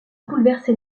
bouleversé